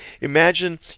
Imagine